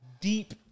deep